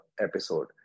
episode